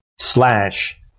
slash